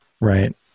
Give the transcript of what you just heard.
Right